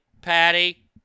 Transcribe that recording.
Patty